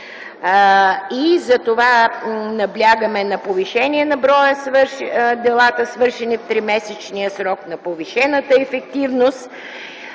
Затова наблягаме на повишаване броя на делата, свършени в тримесечния срок, на повишената ефективност